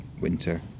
winter